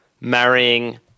marrying